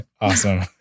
awesome